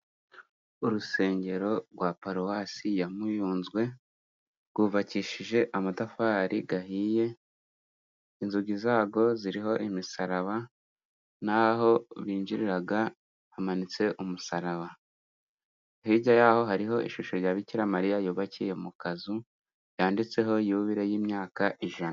Urusengero rwa paruwasi ya Muyunzwe rwubakishije amatafari ahiye, inzugi za rwo ziriho imisaraba. N'aho binjirira hamanitse umusaraba, hirya y'aho hariho ishusho rya Bikiramariya yubakiye mu kazu, yanditseho yubile y'imyaka ijana.